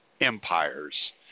empires